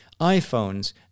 iPhones